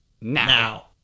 now